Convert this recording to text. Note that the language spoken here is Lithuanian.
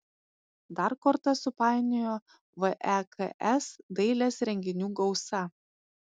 dar kortas supainiojo veks dailės renginių gausa